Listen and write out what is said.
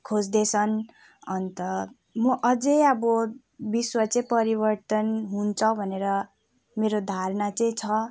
खोज्दैछन् अन्त म अझै अब विश्व चाहिँ परिवर्तन हुन्छ भनेर मेरो धारणा चाहिँ छ